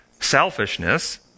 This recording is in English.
Selfishness